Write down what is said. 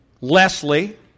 Leslie